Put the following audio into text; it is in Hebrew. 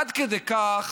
עד כדי כך